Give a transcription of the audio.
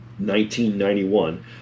1991